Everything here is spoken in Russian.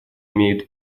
имеют